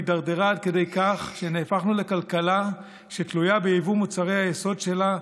הידרדרה עד כדי כך שנהפכנו לכלכלה שתלויה ביבוא מוצרי היסוד שלה,